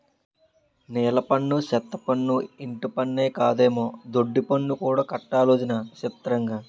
నీలపన్ను, సెత్తపన్ను, ఇంటిపన్నే కాదమ్మో దొడ్డిపన్ను కూడా కట్టాలటొదినా సిత్రంగా